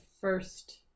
first